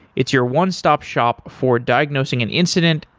it's your one stop shop for diagnosing an incident,